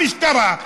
המשטרה,